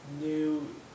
New